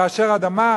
כאשר האדמה,